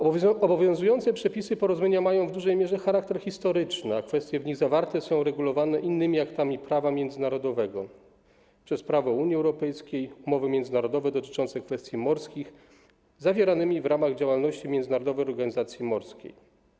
Obowiązujące przepisy porozumienia mają w dużej mierze charakter historyczny, a kwestie w nich zawarte są regulowane innymi aktami prawa międzynarodowego - przez prawo Unii Europejskiej oraz umowy międzynarodowe dotyczące kwestii morskich zawierane w ramach działalności Międzynarodowej Organizacji Morskiej.